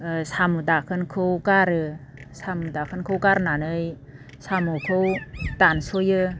साम' दाखोनखौ गारो साम' दाखोनखौ गारनानै साम'खौ दानस'यो